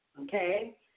Okay